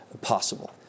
possible